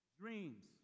dreams